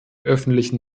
öffentlichen